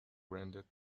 granted